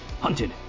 Hunted